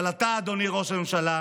אבל אתה, אדוני ראש הממשלה,